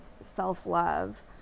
self-love